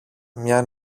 μια